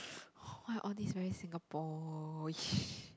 all my all this very Singapore